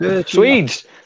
Swedes